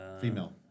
Female